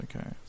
Okay